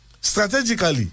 strategically